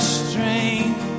strength